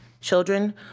Children